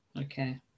okay